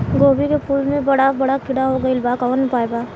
गोभी के फूल मे बड़ा बड़ा कीड़ा हो गइलबा कवन उपाय बा?